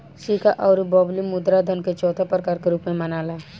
सिक्का अउर बबली मुद्रा धन के चौथा प्रकार के रूप में मनाला